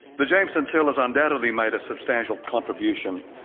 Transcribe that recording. the jameson cell has undoubtedly made a substantial contribution.